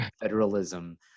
federalism